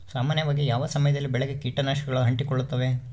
ಸಾಮಾನ್ಯವಾಗಿ ಯಾವ ಸಮಯದಲ್ಲಿ ಬೆಳೆಗೆ ಕೇಟನಾಶಕಗಳು ಅಂಟಿಕೊಳ್ಳುತ್ತವೆ?